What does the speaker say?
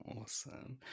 Awesome